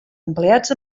empleats